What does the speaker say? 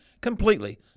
completely